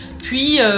Puis